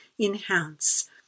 enhance